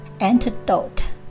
antidote